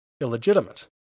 illegitimate